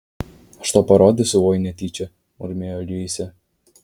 aš tau parodysiu oi netyčia murmėjo liusė